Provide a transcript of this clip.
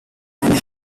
and